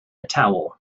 towel